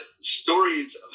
stories